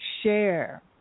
share